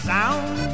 Sound